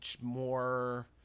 more